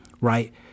right